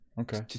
okay